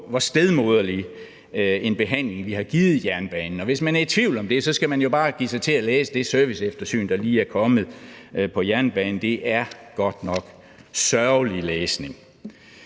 hvor stedmoderlig en behandling vi har givet jernbanen, og hvis man er i tvivl om det, skal man jo bare give sig til at læse det serviceeftersyn, der lige er kommet af jernbanen. Det er godt nok sørgelig læsning.